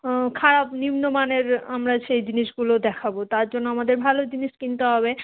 খারাপ নিম্নমানের আমরা সেই জিনিসগুলো দেখাবো তার জন্য আমাদের ভালো জিনিস কিনতে হবে